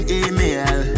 email